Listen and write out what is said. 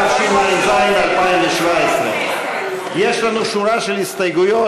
התשע"ז 2017. יש לנו שורה של הסתייגויות.